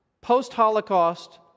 post-Holocaust